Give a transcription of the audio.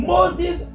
Moses